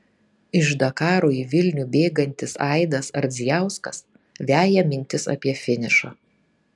iš dakaro į vilnių bėgantis aidas ardzijauskas veja mintis apie finišą